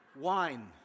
wine